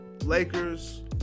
Lakers